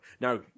Now